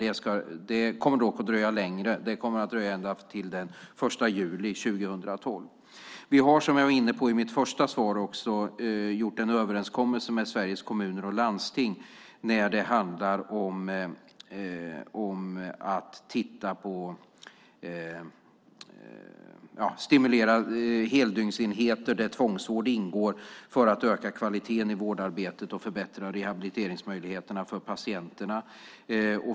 Det kommer dock att dröja längre, ända till den 1 juli 2012. Som jag var inne på i mitt interpellationssvar har vi träffat en överenskommelse med Sveriges Kommuner och Landsting när det handlar om att stimulera heldygnsenheter, där tvångsvård ingår, för att öka kvaliteten i vårdarbetet och förbättra rehabiliteringsmöjligheterna för patienterna.